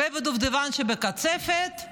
והדובדבן שבקצפת,